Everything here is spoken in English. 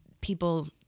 people